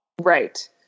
Right